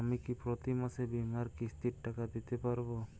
আমি কি প্রতি মাসে বীমার কিস্তির টাকা দিতে পারবো?